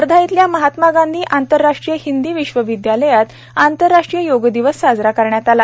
वर्धा इथल्या महात्मा गांधी आंतरराष्ट्रीय हिंदी विश्वविद्यालयात आंतरराष्ट्रीय योग दिवस साजरा करण्यात आला